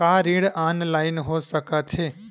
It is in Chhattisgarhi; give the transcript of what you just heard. का ऋण ऑनलाइन हो सकत हे?